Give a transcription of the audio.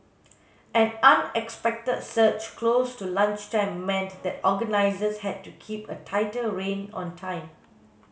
an unexpected surge close to lunchtime meant that organisers had to keep a tighter rein on time